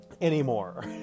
anymore